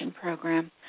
program